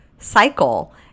cycle